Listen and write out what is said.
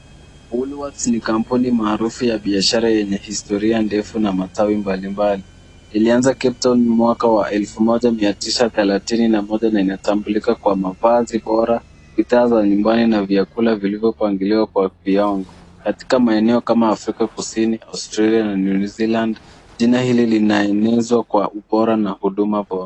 Woolworths ni kampuni maarufu ya baishara yenye historia ndefu na matawi mbalimbali. Ilianza Capetown mwakwa wa elfu moja mia tisa, thelathini na moja na inatambulika kwa mavazi bora, bidhaa za nyumbani na vyakula vilivyopangiliwa kwa viango. Katika maeneo kama: Afrika Kusini, Austartia na New Zealand jina hili linaenenezwa kwa ubora na huduma bora.